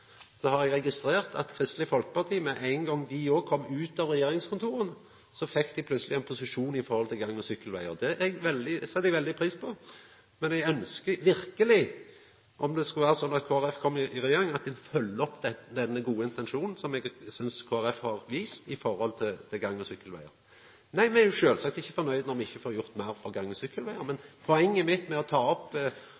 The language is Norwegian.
har eg registrert at Kristeleg Folkeparti med ein gong dei òg kom ut frå regjeringskontora, plutseleg fekk ein posisjon i forhold til gang- og sykkelvegar. Det set eg veldig pris på, og eg ønskjer verkeleg, om det skulle vera sånn at Kristeleg Folkeparti kom i regjering, at ein følgjer opp denne gode intensjonen som eg synest Kristeleg Folkeparti har vist når det gjeld gang- og sykkelvegar. Nei, me er sjølvsagt ikkje fornøgde når me ikkje får gjort meir for gang- og sykkelvegar. Men